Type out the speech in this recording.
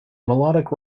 melodic